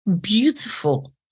Beautiful